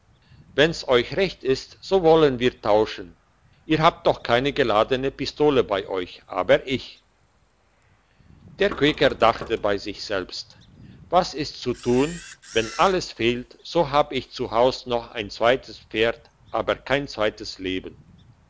wenn's euch recht ist so wollen wir tauschen ihr habt doch keine geladene pistole bei euch aber ich der quäker dachte bei sich selbst was ist zu tun wenn alles fehlt so hab ich zu haus noch ein zweites pferd aber kein zweites leben